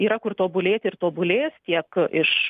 yra kur tobulėti ir tobulės tiek iš